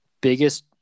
biggest